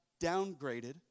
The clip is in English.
downgraded